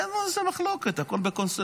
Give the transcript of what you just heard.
אין על זה מחלוקת, הכול בקונסנזוס.